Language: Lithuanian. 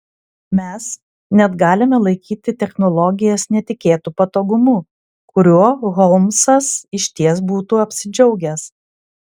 mes net galime laikyti technologijas netikėtu patogumu kuriuo holmsas išties būtų apsidžiaugęs